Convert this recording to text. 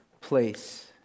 place